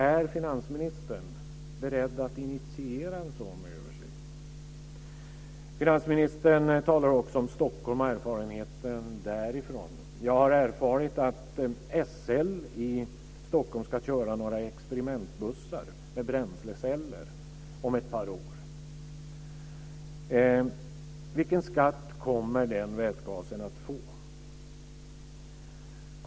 Är finansministern beredd att initiera en sådan översyn? Finansministern talar också om erfarenheter från Stockholm. Jag har erfarit att SL om ett par år i Stockholm ska köra några experimentbussar med bränsleceller. Vilken skatt kommer att läggas på vätgasen för dessa?